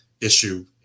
issue